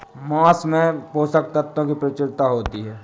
माँस में पोषक तत्त्वों की प्रचूरता होती है